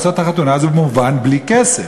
זה כמובן בלי כסף.